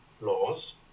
laws